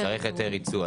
צריך היתר ייצוא.